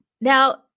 Now